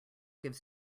gives